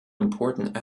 important